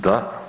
Da.